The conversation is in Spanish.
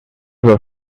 los